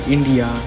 India